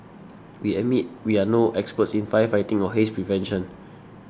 we admit we are no experts in firefighting or haze prevention